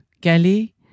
Kelly